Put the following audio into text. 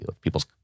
people's